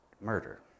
murder